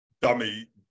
dummy